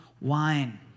wine